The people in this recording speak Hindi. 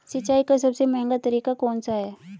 सिंचाई का सबसे महंगा तरीका कौन सा है?